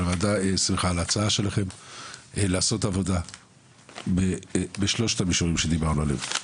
אבל הוועדה שמחה על ההצעה לעשות עבודה בשלושת המישורים שדיברנו עליהם,